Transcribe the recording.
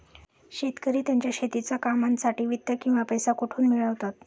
शेतकरी त्यांच्या शेतीच्या कामांसाठी वित्त किंवा पैसा कुठून मिळवतात?